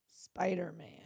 Spider-Man